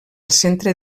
centre